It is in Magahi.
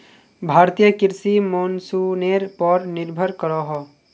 भारतीय कृषि मोंसूनेर पोर निर्भर करोहो